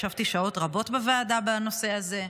ישבתי שעות רבות בוועדה בנושא הזה,